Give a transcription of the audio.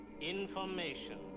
information